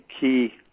key